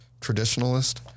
traditionalist